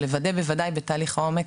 אבל לוודא בוודאי בתהליך העומק